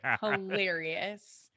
hilarious